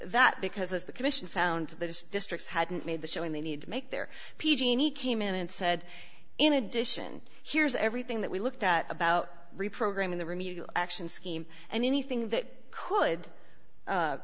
that because as the commission found that is districts hadn't made the showing they need to make their p g and e came in and said in addition here's everything that we looked at about reprogramming the remedial action scheme and anything that could